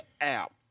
app